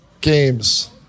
games